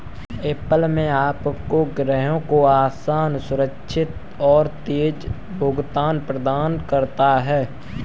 Apple Pay आपके ग्राहकों को आसान, सुरक्षित और तेज़ भुगतान प्रदान करता है